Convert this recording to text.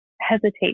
hesitate